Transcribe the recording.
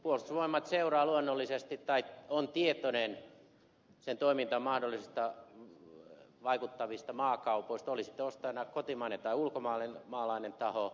puolustusvoimat seuraa luonnollisesti tai on tietoinen sen toimintaan mahdollisesti vaikuttavista maakaupoista oli sitten ostajana kotimainen tai ulkomaalainen taho